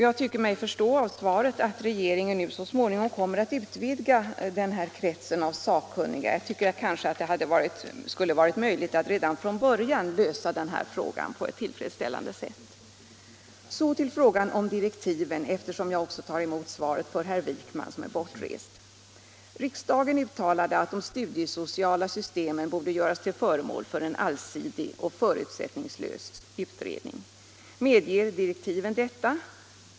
Jag tycker mig förstå av svaret att regeringen så småningom kommer att utvidga kretsen av sakkunniga, men jag tycker nog att det redan från början borde ha varit möjligt att lösa den här frågan på ett tillfredsställande sätt. Så till frågan om direktiven, eftersom jag också tar emot svaret till herr Wijkman, som är bortrest. Riksdagen uttalade att de studiesociala systemen borde göras till för Nr 21 remål för en allsidig och förutsättningslös utredning. Medger direktiven detta?